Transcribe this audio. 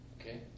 Okay